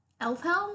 Elfhelm